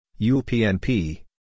UPNP